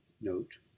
note